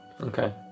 Okay